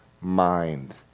mind